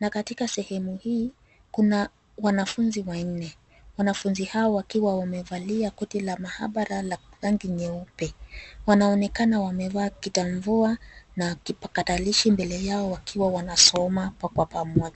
na katika sehemu hii, kuna wanafunzi wanne. Wanafunzi hao wakiwa wamevalia koti la mahabara la rangi nyeupe. Wanaonekana wamevaa kitamvua na kipakatalishi mbele yao wakiwa wanasoma kwa pamoja.